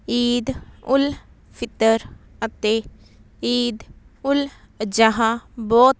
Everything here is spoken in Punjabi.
ਈਦ ਉਲ ਫਿਤਰ ਅਤੇ ਈਦ ਉਲ ਅਜ਼ਹਾ ਬਹੁਤ